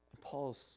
Paul's